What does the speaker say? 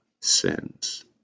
sins